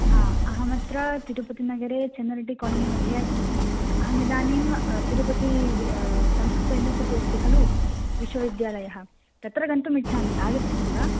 हा अहमत्र तिरुपतिनगरे चन्नरेड्डिकालनिमध्ये अस्मि अहमिदानीं तिरुपती संस्कृत युनिवर्सिटि अस्ति खलु विश्वविद्यालयः तत्र गन्तुमिच्छामि आगच्छन्ति वा